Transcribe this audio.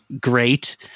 great